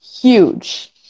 huge